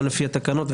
לפי התקנות,